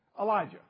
Elijah